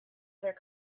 other